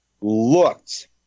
looked